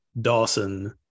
Dawson